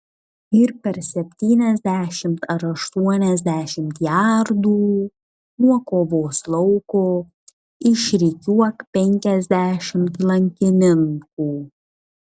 ir per septyniasdešimt ar aštuoniasdešimt jardų nuo kovos lauko išrikiuok penkiasdešimt lankininkų